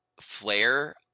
Flare